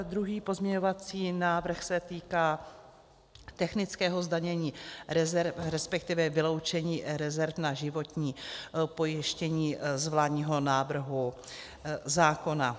Druhý pozměňovací návrh se týká technického zdanění, respektive vyloučení rezerv na životní pojištění z vládního návrhu zákona.